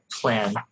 plan